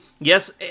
yes